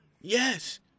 Yes